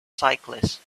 cyclists